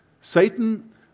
Satan